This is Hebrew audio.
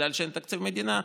בגלל שאין תקציב מדינה,